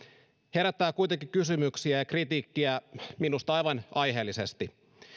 herättää kuitenkin kysymyksiä ja kritiikkiä minusta aivan aiheellisesti